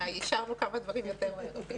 הישיבה ננעלה בשעה